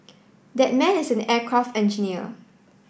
that man is an aircraft engineer